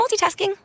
multitasking